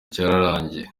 cyararangiye